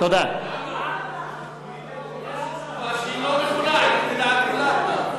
יש פה תשובה שהיא לא נכונה לדעת כולם.